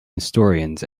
historians